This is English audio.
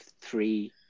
three